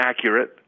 accurate